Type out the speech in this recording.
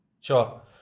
Sure